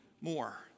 more